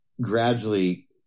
gradually